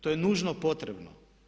To je nužno potrebno.